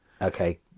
Okay